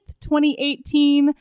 2018